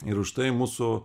ir už tai mūsų